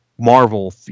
marvel